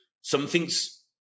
Something's